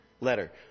letter